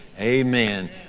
Amen